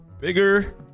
bigger